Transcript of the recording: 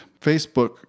Facebook